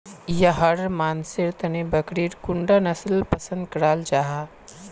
याहर मानसेर तने बकरीर कुंडा नसल पसंद कराल जाहा?